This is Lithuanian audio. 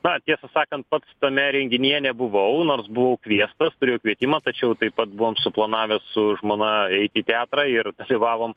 na tiesą sakant pats tame renginyje nebuvau nors buvau kviestas turėjau kvietimą tačiau taip pat buvom suplanavę su žmona eiti į teatrą ir dalyvavom